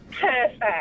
Perfect